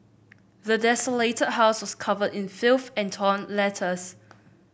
the desolated house was covered in filth and torn letters